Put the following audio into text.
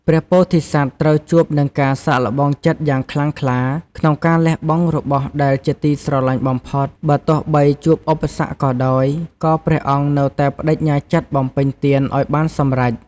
ព្រះពោធិសត្វត្រូវជួបនឹងការសាកល្បងចិត្តយ៉ាងខ្លាំងក្លា ក្នុងការលះបង់របស់ដែលជាទីស្រឡាញ់បំផុត បើទោះបីជួបឧបសគ្គក៏ដោយ ក៏ព្រះអង្គនៅតែប្តេជ្ញាចិត្តបំពេញទានឱ្យបានសម្រេច។